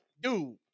dude